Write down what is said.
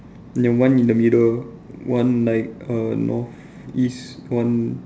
then one in the middle one like err north east one